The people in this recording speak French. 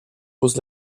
pose